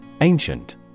Ancient